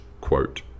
quote